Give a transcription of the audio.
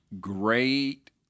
Great